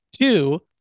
two